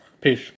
Peace